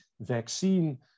vaccine